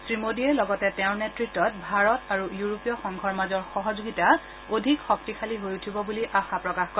শ্ৰীমোদীয়ে লগতে তেওঁৰ নেত়ত্বত ভাৰত আৰু ইউৰোপীয় সংঘৰ মাজৰ সহযোগিতা অধিক শক্তিশালী হৈ উঠিব বুলি আশা প্ৰকাশ কৰে